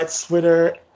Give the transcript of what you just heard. Twitter